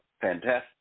fantastic